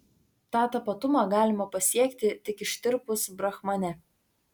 tą tapatumą galima pasiekti tik ištirpus brahmane